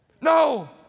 No